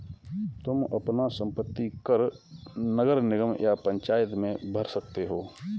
तुम अपना संपत्ति कर नगर निगम या पंचायत में भर सकते हो